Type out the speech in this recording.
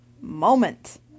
moment